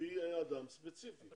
לפי אנשים ספציפיים.